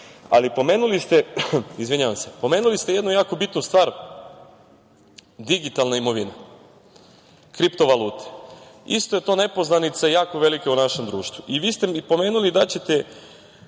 godine. Pomenuli ste jednu jako bitnu stvar – digitalna imovina, kripto valute. Isto je to nepoznanica jako velika u našem društvu. Vi ste pomenuli da ćete